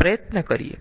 પ્રયત્ન કરીયે